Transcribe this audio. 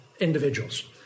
individuals